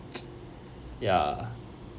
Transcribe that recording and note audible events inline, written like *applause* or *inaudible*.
*noise* ya